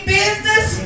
business